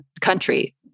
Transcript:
country